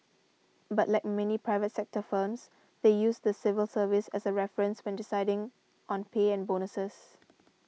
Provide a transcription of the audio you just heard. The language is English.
but like many private sector firms they use the civil service as a reference when deciding on pay and bonuses